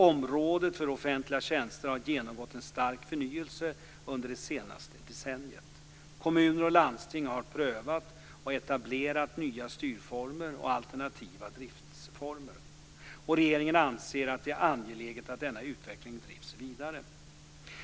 Området för offentliga tjänster har genomgått en stark förnyelse under det senaste decenniet. Kommuner och landsting har prövat och etablerat nya styrformer och alternativa driftsformer. Regeringen anser att det är angeläget att denna utveckling drivs vidare.